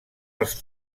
als